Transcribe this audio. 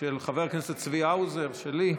של חבר הכנסת צבי האוזר, שלי.